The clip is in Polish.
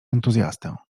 entuzjastę